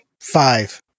Five